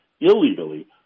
illegally